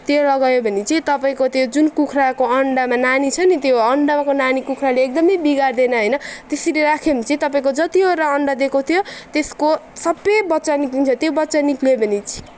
त्यो लगायो भने चाहिँ तपाईँको त्यो जुन कुखुराको अन्डा अन्डामा नानी छ नि त्यो अन्डाको नानी कुखुराले एकदमै बिगार्दैन होइन त्यसरी राख्यो भने चाहिँ तपाईँको जतिवटा अन्डा दिएको थियो त्यसको सबै बच्चा निक्लिन्छ त्यो बच्चा निक्लियो भने चाहिँ